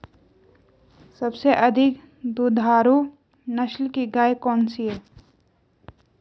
सबसे अधिक दुधारू नस्ल की गाय कौन सी है?